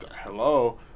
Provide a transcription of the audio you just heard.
hello